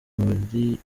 muri